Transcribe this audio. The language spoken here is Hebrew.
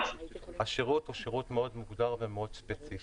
השירות הוא שירות מאוד מוגדר ומאוד ספציפי: